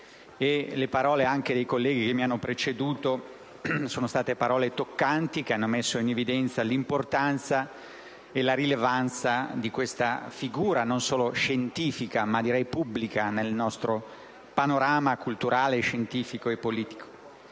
le parole dei colleghi che mi hanno preceduto sono state toccanti e hanno messo in evidenza l'importanza e la rilevanza di questa figura non solo scientifica, ma direi pubblica nel nostro panorama culturale, scientifico e politico.